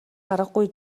аргагүй